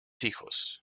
hijos